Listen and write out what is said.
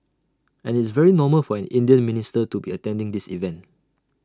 and IT is very normal for an Indian minister to be attending this event